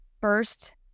first